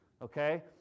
Okay